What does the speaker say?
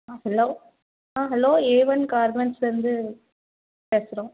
ஆ hello ஆ hello A one கார்மெண்ட்ஸ்லேருந்து பேசுகிறோம்